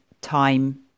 time